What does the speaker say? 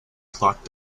clock